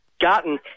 gotten